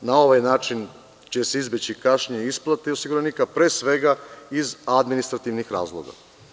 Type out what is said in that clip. Na ovaj način će se izbeći kašnjenje isplate i osiguranika, pre svega iz administrativnih razloga.